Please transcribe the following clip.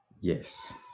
yes